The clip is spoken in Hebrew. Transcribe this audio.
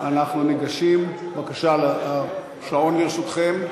אנחנו ניגשים, בבקשה, השעון לרשותכם.